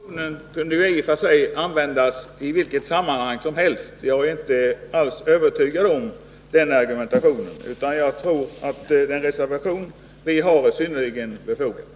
Herr talman! Den här argumentationen kunde i och för sig användas i vilket sammanhang som helst. Jag är inte alls' övertygad om att den argumentationen är riktig, utan jag tror att den reservation vi har är synnerligen befogad.